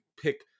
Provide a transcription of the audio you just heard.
pick